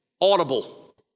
audible